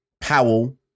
Powell